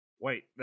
Wait